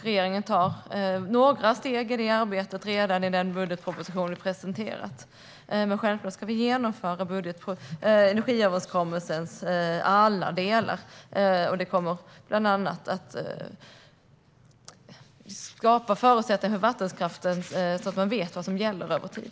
Regeringen har redan tagit några steg i det arbetet genom den budgetproposition som vi har presenterat. Energiöverenskommelsen kommer att skapa förutsättningar för vattenkraften så att man vet vad som gäller över tid.